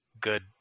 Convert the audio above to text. good